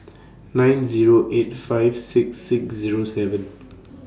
nine Zero eight five six six Zero seven